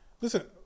Listen